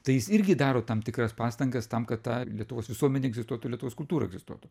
tai jis irgi daro tam tikras pastangas tam kad tą lietuvos visuomenė egzistuotų ir lietuvos kultūra egzistuotų